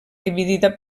dividida